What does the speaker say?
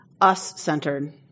us-centered